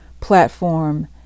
platform